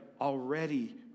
already